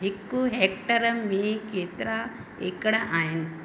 हिकु हेक्टर में केतिरा एकड़ आहिनि